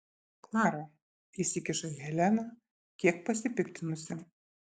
klara įsikiša helena kiek pasipiktinusi